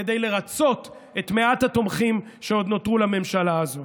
כדי לרצות את מעט התומכים שעוד נותרו לממשלה הזאת.